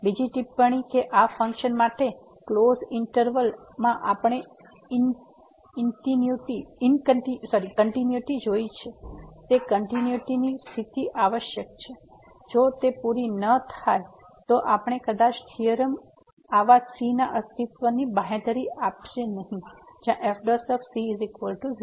બીજી ટિપ્પણી કે આ ફંક્શન માટે ક્લોઝ ઈંટરવલ માં આપણે કંટીન્યુઈટી જોઇ છે તે કંટીન્યુઈટી ની સ્થિતિ આવશ્યક છે જો તે પૂરી ન થાય તો આપણે કદાચ થીયોરમ આવા c ના અસ્તિત્વની બાંહેધરી આપશે નહીં જ્યાં fc0